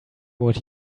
what